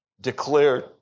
declared